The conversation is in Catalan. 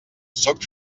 sóc